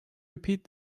repeat